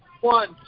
one